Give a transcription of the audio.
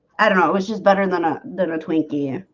i don't know it was just better than a little twinkie.